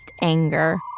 anger